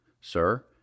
Sir